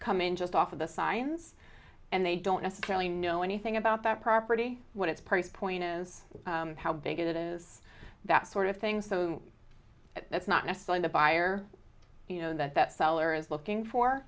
come in just off of the signs and they don't necessarily know anything about that property what its price point is how big it is that sort of thing so that's not necessarily the buyer you know that that seller is looking